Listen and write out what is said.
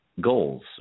goals